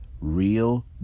Real